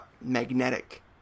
magnetic